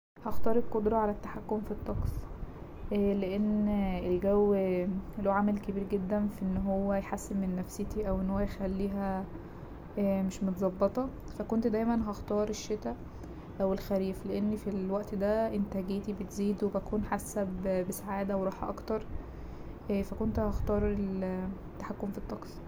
هختار القدرة على التحكم في الطقس لأن الجو له عامل كبير جدا في ان هو يحسن من نفسيتي أو ان هو يخليها مش متظبطه فا كنت دايما هختار الشتا أو الخريف لأن في الوقت ده انتاجيتي بتزيد وبكون حاسة بسعادة وراحة اكتر فا كنت هختار التحكم في الطقس.